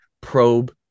probe